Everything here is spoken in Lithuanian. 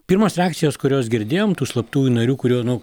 pirmos reakcijos kurios girdėjom tų slaptųjų narių kurių nu